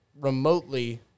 remotely